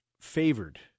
favored